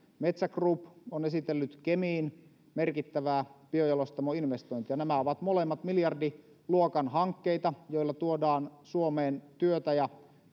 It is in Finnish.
metsä group on esitellyt kemiin merkittävää biojalostamoinvestointia nämä ovat molemmat miljardiluokan hankkeita joilla tuodaan suomeen työtä ja